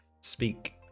speak